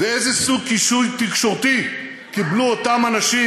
איזה סוג כיסוי תקשורתי קיבלו אותם אנשים